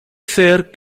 ser